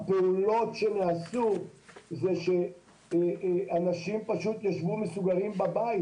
הפעולות שנעשו זה שאנשים פשוט ישבו מסוגרים בבית,